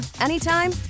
anytime